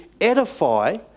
edify